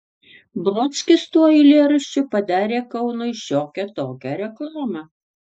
brodskis tuo eilėraščiu padarė kaunui šiokią tokią reklamą